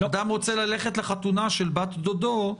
אדם רוצה ללכת לחתונה של בת דודו,